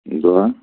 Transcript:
دُعا